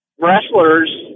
wrestlers